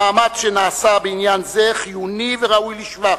המאמץ שנעשה בעניין זה חיוני וראוי לשבח,